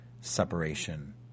separation